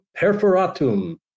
perforatum